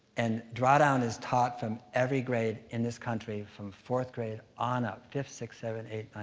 and drawdown is taught from every grade in this country from fourth grade on up. fifth, sixth, seventh, eight,